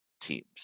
teams